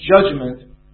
judgment